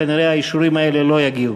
כנראה האישורים האלה לא יגיעו.